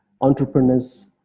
entrepreneurs